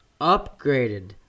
upgraded